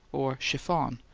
or chiffon,